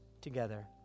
together